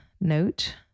note